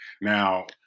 Now